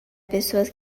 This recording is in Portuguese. pessoas